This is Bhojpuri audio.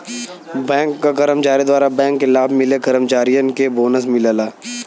बैंक क कर्मचारी द्वारा बैंक के लाभ मिले कर्मचारियन के बोनस मिलला